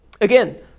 Again